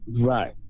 right